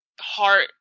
heart